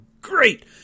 great